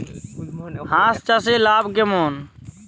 হাঁস চাষে লাভ কেমন?